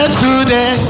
today